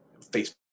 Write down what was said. Facebook